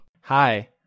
Hi